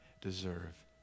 deserve